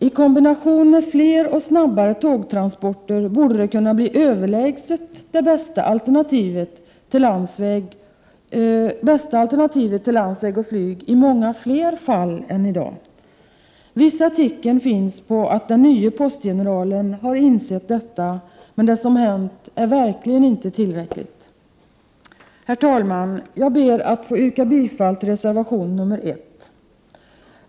I kombination med fler och snabbare tågtransporter borde det kunna bli det överlägset bästa alternativet till landsväg och flyg i många fler fall än i dag. Vissa tecken tyder på att den nye postgeneralen har insett detta, men det som hänt är verkligen inte tillräckligt. Herr talman! Jag ber att få yrka bifall till reservation 1.